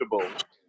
comfortable